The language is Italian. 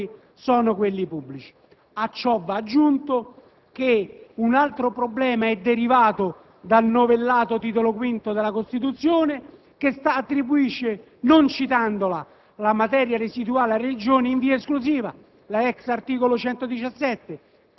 ed europeo. Gli unici competitori sono quelli pubblici. A ciò va aggiunto che un altro problema è derivato dal novellato Titolo V della Costituzione che attribuisce - non citandola - la materia residuale alle Regioni in via esclusiva,